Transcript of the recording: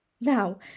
now